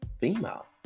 female